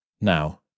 Now